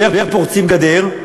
ואיך פורצים גדר?